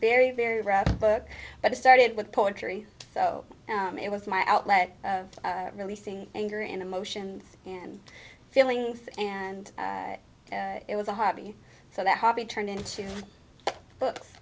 very very rough book but it started with poetry so it was my outlet releasing anger and emotions and feelings and it was a hobby so that hobby turned into books